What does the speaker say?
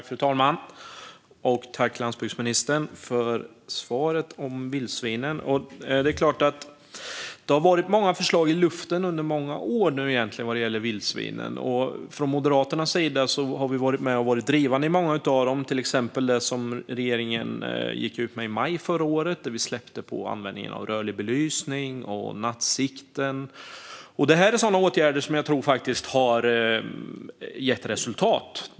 Fru talman! Tack, landsbygdsministern, för svaret om vildsvinen! Det har varit många förslag i luften under många år nu vad gäller vildsvinen. Från Moderaternas sida har vi varit drivande i många av dem, till exempel det som regeringen gick ut med i maj förra året där vi släppte på användningen av rörlig belysning och nattsikten. Detta är åtgärder som jag faktiskt tror har gett resultat.